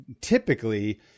typically